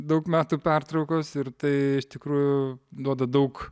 daug metų pertraukos ir tai iš tikrųjų duoda daug